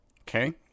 Okay